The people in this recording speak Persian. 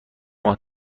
ماه